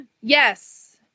Yes